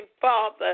Father